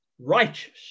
righteous